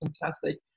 fantastic